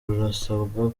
rurasabwa